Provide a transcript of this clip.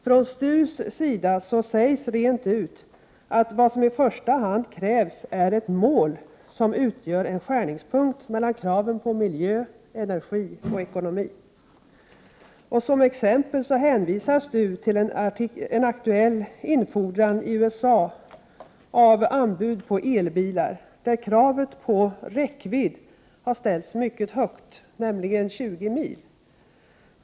Från STU:s sida sägs rent ut att ”vad som i första hand krävs är ett mål som utgör en skärningspunkt mellan kraven på miljö, energi och ekonomi.” Som exempel hänvisar STU till en aktuell infordran i USA av anbud på elbilar, där kravet på räckvidd har ställts mycket högt, nämligen 20 mil.